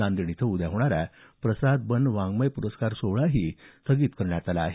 नांदेड इथं उद्या होणारा प्रसाद बन वाङ्मय प्रस्कार सोहळा स्थगित करण्यात आला आहे